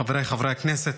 חבריי חברי הכנסת,